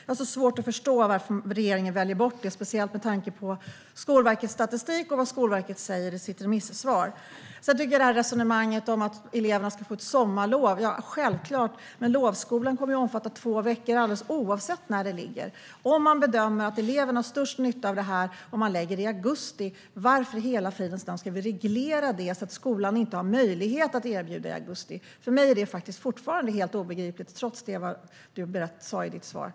Jag har så svårt att förstå varför regeringen väljer bort detta, speciellt med tanke på Skolverkets statistik och vad Skolverket säger i sitt remisssvar. När det gäller resonemanget om att eleverna ska få ett sommarlov är det självklart att de ska få det. Men lovskolan kommer att omfatta två veckor oavsett när den är. Om man bedömer att eleven har störst nytta av den om man förlägger den till augusti, varför i hela fridens namn ska vi då reglera det så att skolan inte har möjlighet att erbjuda lovskola i augusti? För mig är det faktiskt fortfarande helt obegripligt, trots det som du, Roza Güclü Hedin, sa tidigare.